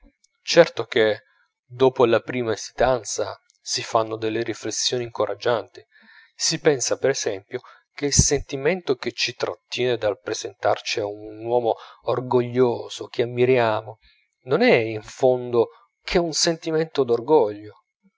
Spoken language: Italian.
certo che dopo la prima esitanza si fanno delle riflessioni incoraggianti si pensa per esempio che il sentimento che ci trattiene dal presentarci a un uomo orgoglioso che ammiriamo non è in fondo che un sentimento d'orgoglio